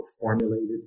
formulated